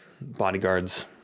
bodyguards